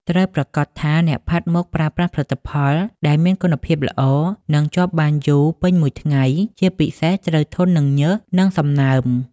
ត្រូវប្រាកដថាអ្នកផាត់មុខប្រើប្រាស់ផលិតផលដែលមានគុណភាពល្អ និងជាប់បានយូរពេញមួយថ្ងៃ ជាពិសេសត្រូវធន់នឹងញើស និងសំណើម ។